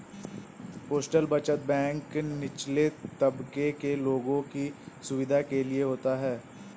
postal बचत bank निचले तबके के लोगों की सुविधा के लिए होता है